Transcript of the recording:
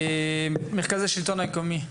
מרכז השלטון המקומי.